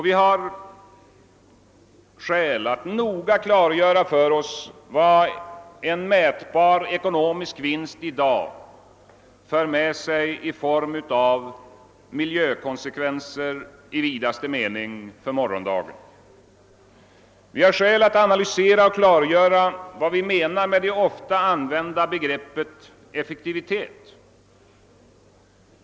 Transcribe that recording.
Vi har skäl att noga klargöra för oss vad en mätbar ekonomisk vinst i dag för med sig i form av miljökonsekvenser i vidaste mening för morgondagen. Vi har skäl att analysera och klargöra vad vi menar med det ofta använda begreppet effektivitet.